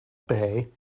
bay